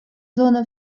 зона